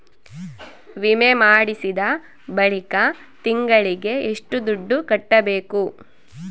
ವಿಮೆ ಮಾಡಿಸಿದ ಬಳಿಕ ತಿಂಗಳಿಗೆ ಎಷ್ಟು ದುಡ್ಡು ಕಟ್ಟಬೇಕು?